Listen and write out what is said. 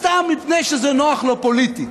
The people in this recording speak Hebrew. סתם מפני שזה נוח לו פוליטית.